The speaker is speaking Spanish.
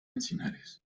encinares